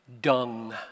dung